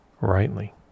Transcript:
rightly